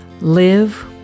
live